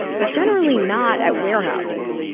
but generally not at warehouses,